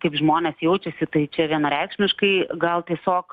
kaip žmonės jaučiasi tai čia vienareikšmiškai gal tiesiog